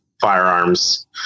firearms